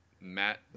Matt